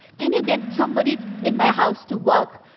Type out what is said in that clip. can you get somebody in my house to work,